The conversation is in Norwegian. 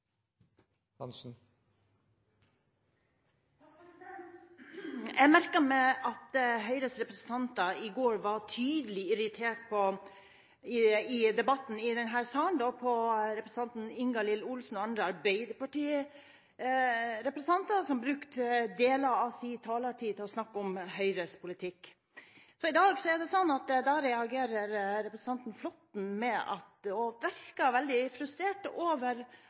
Jeg merket meg at Høyres representanter var tydelig irritert i debatten i denne salen i går på representanten Ingalill Olsen og andre arbeiderpartirepresentanter som brukte deler av sin taletid til å snakke om Høyres politikk. I dag reagerte representanten Flåtten med å virke veldig frustrert over at representanten